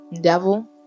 Devil